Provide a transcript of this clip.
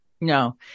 no